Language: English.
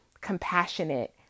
compassionate